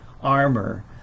armor